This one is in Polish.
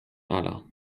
ala